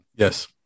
Yes